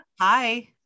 Hi